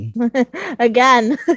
Again